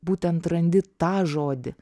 būtent randi tą žodį